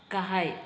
गाहाय